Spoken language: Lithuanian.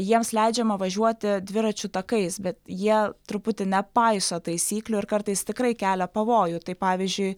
jiems leidžiama važiuoti dviračių takais bet jie truputį nepaiso taisyklių ir kartais tikrai kelia pavojų tai pavyzdžiui